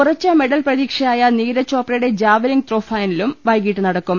ഉറച്ചു മെഡൽ പ്രതീക്ഷയായ നീരജ് ചോപ്രയുടെ ജാവലിംഗ് ത്രോ ഫൈനലും വൈകീട്ട് നടക്കും